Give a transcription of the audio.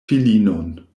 filinon